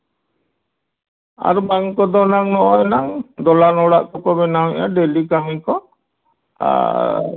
ᱟᱨ ᱵᱟᱝ ᱠᱚᱫᱚᱱᱟᱝ ᱱᱚᱜᱼᱚᱭ ᱱᱟᱝ ᱫᱚᱞᱟᱱ ᱚᱲᱟᱜ ᱠᱚᱠᱚ ᱵᱮᱱᱟᱣᱮᱫᱼᱟ ᱰᱮᱞᱤ ᱠᱟᱹᱢᱤ ᱠᱚ ᱟᱨ